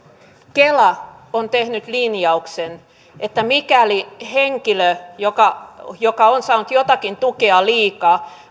kela on tehnyt linjauksen että mikäli henkilö joka joka on saanut jotakin tukea liikaa